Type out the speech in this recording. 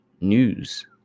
news